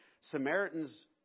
Samaritans